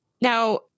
Now